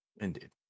Indeed